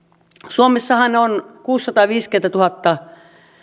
suomessahan on kuusisataaviisikymmentätuhatta